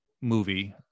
movie